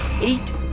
Eight